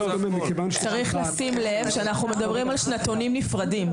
צריך לשים לב שאנחנו מדברים על שנתונים נפרדים.